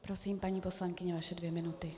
Prosím, paní poslankyně, vaše dvě minuty.